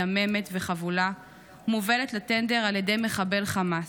מדממת וחבולה מובלת לטנדר על ידי מחבל חמאס.